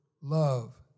love